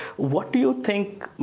what do you think